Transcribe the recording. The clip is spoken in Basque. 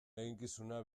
eginkizuna